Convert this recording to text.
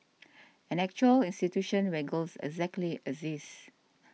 an actual institution where girls actually exist